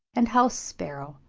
and house-sparrow.